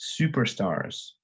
superstars